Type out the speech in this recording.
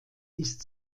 ist